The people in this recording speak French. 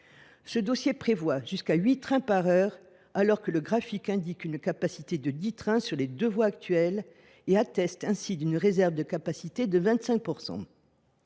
Ce dossier prévoit jusqu’à huit trains par heure, alors que le graphique indique une capacité de dix trains sur les deux voies actuelles, et partant, une réserve de capacité de 25 %.